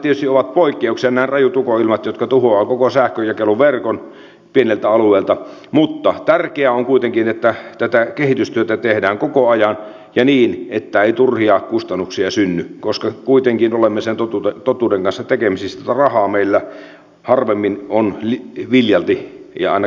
tällaiset näin rajut ukonilmat jotka tuhoavat koko sähkönjakeluverkon pieneltä alueelta tietysti ovat poikkeuksia mutta tärkeää on kuitenkin että tätä kehitystyötä tehdään koko ajan ja niin että ei turhia kustannuksia synny koska kuitenkin olemme sen totuuden kanssa tekemisissä että rahaa meillä harvemmin on viljalti tai ainakaan liikaa